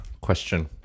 question